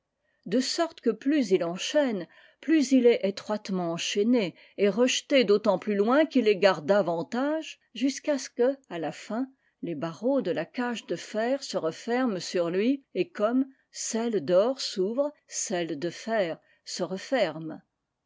de sorte que plus il enchaîne plus il est étroitement enchaîné et rejeté d'autant plus loin qu'il égare davantage fjusqu'à ce que à la fin les barreaux de la cage de fer se referment sur lui et comme celle d'or s'ouvre cette de fer se referme